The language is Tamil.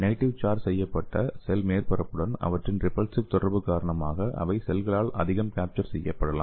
நெகடிவ் சார்ஜ் செய்யப்பட்ட செல் மேற்பரப்புடன் அவற்றின் ரிபல்சிவ் தொடர்பு காரணமாக அவை செல்களால் அதிகம் கேப்சர் செய்யப்படலாம்